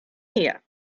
here